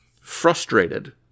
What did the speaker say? Frustrated